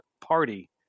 party